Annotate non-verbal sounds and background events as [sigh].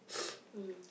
[noise] mm